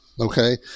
okay